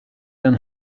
one